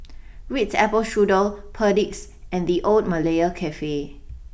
Ritz Apple Strudel Perdix and the Old Malaya Cafe